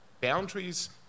boundaries